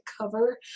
cover